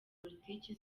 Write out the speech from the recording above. politiki